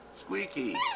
Squeaky